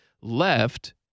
left